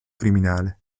criminale